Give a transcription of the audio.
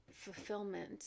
fulfillment